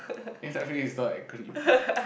M_W is not acronym